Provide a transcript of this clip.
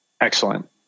excellent